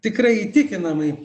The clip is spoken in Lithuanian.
tikrai įtikinamai